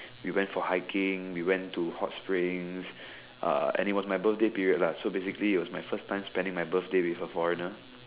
we went for hiking we went to hot springs uh and it was my birthday period lah so basically it was my first time spending my birthday with a foreigner